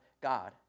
God